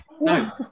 no